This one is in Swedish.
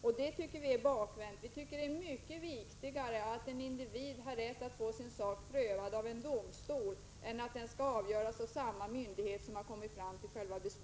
1986/87:50 Det måste vara riktigare att en individ har rätt att få sin sak prövad av domstol 16 december 1986 än att hans sak skall-avgöras av samma myndighet som har kommit fram till